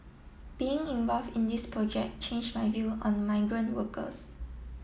being involve in this project change my view on migrant workers